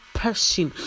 person